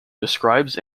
describes